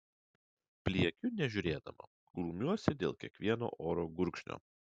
pliekiu nežiūrėdama grumiuosi dėl kiekvieno oro gurkšnio